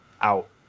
out